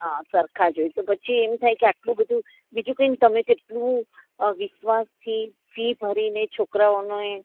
હા સરખા જ હોય તો પછી એમ થાય કે આટલું બધું બીજું કંઈ નહીં તમે કેટલું વિશ્વાસથી ફી ભરીને છોકરાઓનો એ